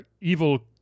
evil